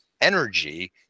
energy